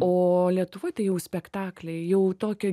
o lietuvoj tai jau spektakliai jau tokio